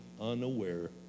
unaware